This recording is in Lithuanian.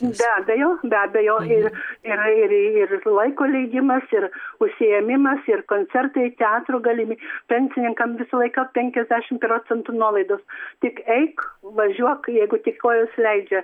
be abejo be abejo ir yra ir ir laiko leidimas ir užsiėmimas ir koncertai teatrų galimi pensininkam visą laikąpenkiasdešimt procentų nuolaidos tik eik važiuok jeigu tik kojos leidžia